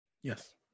Yes